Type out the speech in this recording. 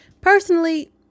Personally